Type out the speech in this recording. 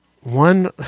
one